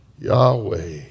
Yahweh